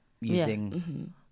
using